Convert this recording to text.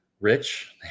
rich